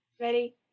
Ready